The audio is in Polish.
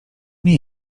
nie